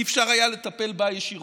היה אפשר לטפל בה ישירות.